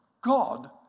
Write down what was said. God